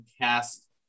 cast